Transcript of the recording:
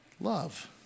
love